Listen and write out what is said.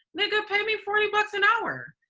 nigga, pay me forty bucks an hour.